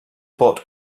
bought